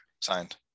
signed